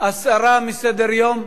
הסרה מסדר-היום.